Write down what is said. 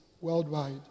worldwide